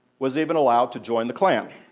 was even allowed to join the klan.